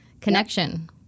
connection